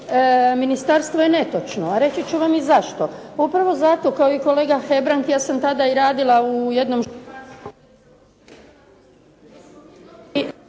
ministarstvo je netočno, a reći ću vam i zašto. Upravo zato kao i kolega Hebrang, ja sam tada i radila u jednom